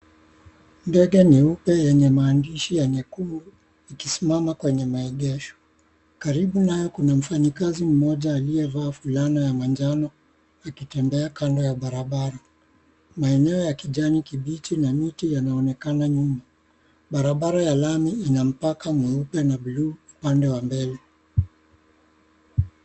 Ndege nyeupe yenye maandishi ya nyekundu ikisimama kwenye maegesho. Karibu nayo kuna mfanyikazi mmoja aliyevaa fulana ya manjano akitembea kando ya barabara. Maeneo ya kijani kibichi na miti yanaonekana nyuma. Barabara ya lami inampaka mweupe la buluu upande wa mbele.